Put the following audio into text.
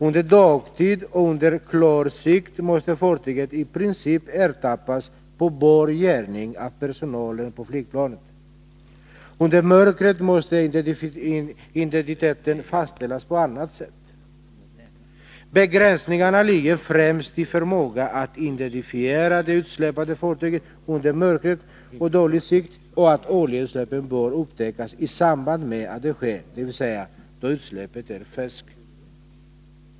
Under dagtid och under klar sikt måste fartyget i princip ertappas på bar gärning av personalen på flygplanet. Under mörker måste identiteten fastställas på annat sätt. Begränsningarna ligger främst i förmågan att identifiera det utsläppande fartyget under mörker och dålig sikt och att oljeutsläppet bör upptäckas i samband med att det sker, dvs. då utsläppet är färskt.